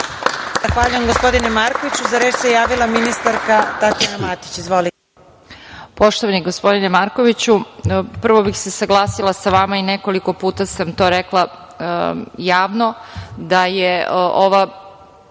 Zahvaljujem, gospodine Markoviću.Za reč se javila ministarka Tatjana Matić. Izvolite.